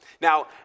Now